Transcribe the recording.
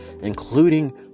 including